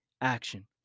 action